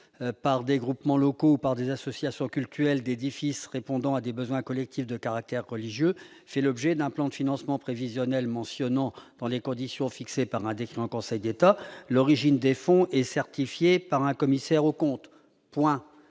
par des groupements locaux par des associations cultuelles d'édifices répondant à des besoins collectifs de caractère religieux, c'est l'objet d'un plan de financement prévisionnel mentionnant dans les conditions fixées par un décret en Conseil d'État, l'origine des fonds et certifiés par un commissaire aux comptes, point,